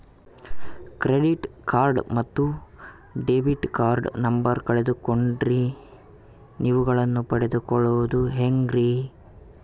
Credit card ಮತ್ತು debit card number ಕಳೆದುಕೊಂಡಿನ್ರಿ ಅವುಗಳನ್ನ ಪಡೆದು ಕೊಳ್ಳೋದು ಹೇಗ್ರಿ?